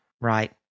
Right